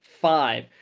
five